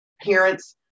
parents